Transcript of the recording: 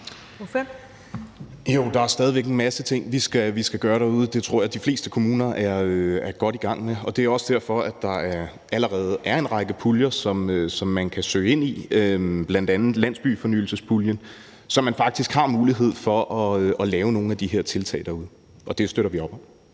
der er stadig væk en masse ting, vi skal gøre derude. Det tror jeg de fleste kommuner er godt i gang med, og det er også derfor, at der allerede er en række puljer, som man kan søge, bl.a. landsbyfornyelsespuljen, så man faktisk har mulighed for at lave nogle af de her tiltag derude – og det støtter vi op om.